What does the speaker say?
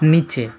নিচে